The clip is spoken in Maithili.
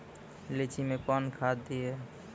लीची मैं कौन खाद दिए?